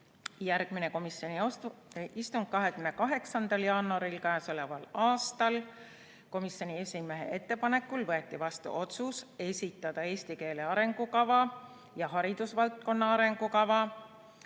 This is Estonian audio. Järgmine komisjoni istung oli 28. jaanuaril. Komisjoni esimehe ettepanekul võeti vastu otsus esitada eesti keele arengukava ja haridusvaldkonna arengukava